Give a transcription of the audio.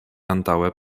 antaŭe